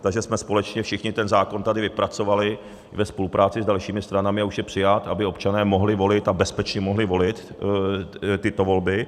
Takže jsme společně všichni ten zákon tady vypracovali ve spolupráci s dalšími stranami a už je přijat, aby občané mohli volit, a bezpečně mohli volit, tyto volby.